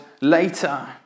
later